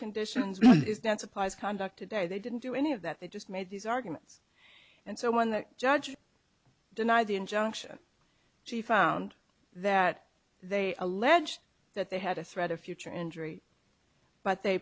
conditions down supplies conduct today they didn't do any of that they just made these arguments and so when the judge denied the injunction she found that they alleged that they had a threat of future injury but they